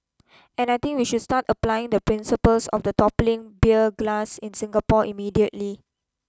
and I think we should start applying the principles of the toppling beer glass in Singapore immediately